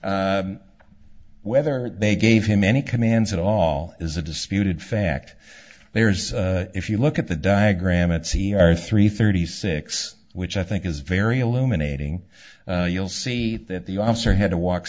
whether they gave him any commands at all is a disputed fact there is if you look at the diagram it seems very three thirty six which i think is very illuminating you'll see that the officer had to walk